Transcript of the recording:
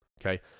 Okay